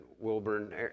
Wilburn